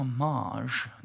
homage